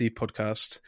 podcast